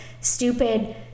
stupid